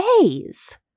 days